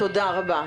תודה רבה.